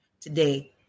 today